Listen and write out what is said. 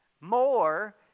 more